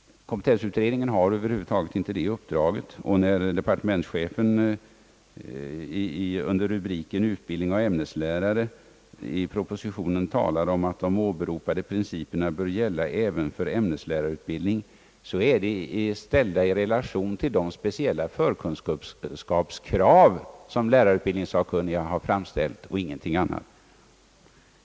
Denna utredning har över huvud taget inte ett sådant uppdrag. När departementschefen under rubriken Utbildning av ämneslärare i propositionen talar om att de åberopade principerna bör gälla även för ämneslärarutbildning är dessa principer ställda i relation till de speciella förkunskapskrav som lärarutbildningssakkunniga har uppställt och ingenting annat.